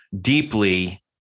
deeply